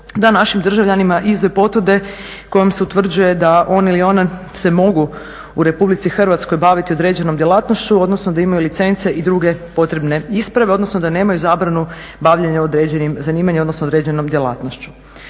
da našim državljanima izdaju potvrde kojom se utvrđuje da on ili ona se mogu u RH baviti određenom djelatnošću, odnosno da imaju licence i druge potrebne isprave, odnosno da nemaju zabranu bavljenja određenim zanimanjima, odnosno određenom djelatnošću.